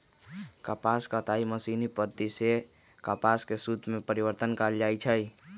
कपास कताई मशीनी पद्धति सेए कपास के सुत में परिवर्तन कएल जाइ छइ